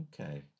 okay